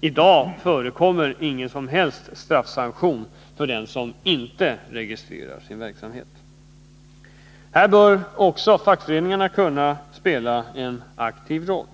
I dag förekommer ingen som helst straffsanktion för den som inte registrerar sin verksamhet. Här bör också fackföreningen kunna spela en aktiv roll.